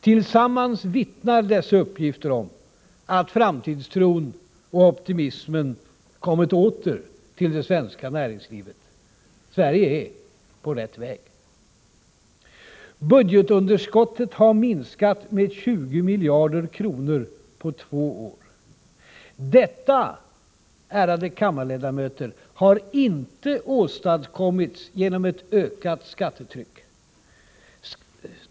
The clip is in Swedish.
Tillsammans vittnar dessa uppgifter om att framtidstron och optimismen kommit åter till det svenska näringslivet. Sverige är på rätt väg. Budgetunderskottet har minskat med 20 miljarder kronor på två år. Detta, ärade kammarledamöter, har inte åstadkommits genom ett ökat skattetryck.